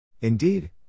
Indeed